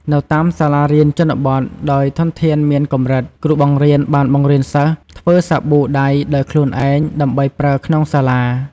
នៅតាមសាលារៀនជនបទ ដោយធនធានមានកម្រិត គ្រូបង្រៀនបានបង្រៀនសិស្សធ្វើសាប៊ូដៃដោយខ្លួនឯង ដើម្បីប្រើក្នុងសាលា។